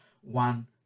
one